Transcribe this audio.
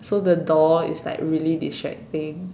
so the door is like really distracting